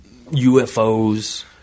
UFOs